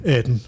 18